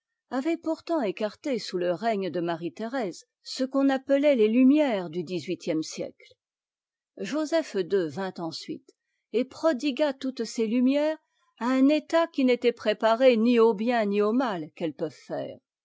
avait pourtant écarté sous le règne de marie-thérèse ce qu'on appelait les lumières du dix-huitième sièete joseph h vint ensuite et prodigua toutes ces lumières à un état qui n'était préparé ni au bien ni aù mal qu'elles peuvent faire